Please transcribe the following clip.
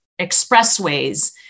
expressways